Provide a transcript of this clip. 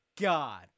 god